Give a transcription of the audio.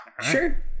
sure